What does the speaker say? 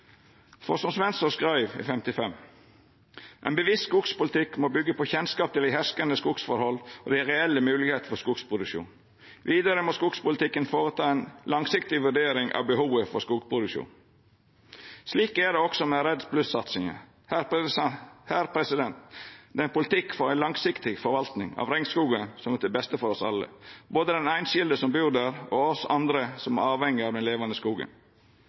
For som Svendsrud skreiv i 1955: «En bevisst skogpolitikk må bygge på kjennskap til de herskende skogforhold og de reelle muligheter for skogproduksjon. Videre må skogpolitikken foreta en langsiktig vurdering av behovet for skogproduksjon.» Slik er det også med REDD+-satsinga. Det er ein politikk for ei langsiktig forvaltning av regnskogen som er til beste for oss alle – både den einskilde som bur der, og oss andre som er avhengige av den levande skogen.